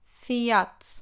fiat